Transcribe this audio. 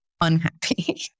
unhappy